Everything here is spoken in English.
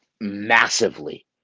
massively